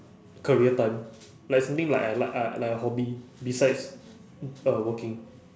career time like something like I like uh like a hobby besides uh working